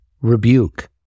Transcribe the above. rebuke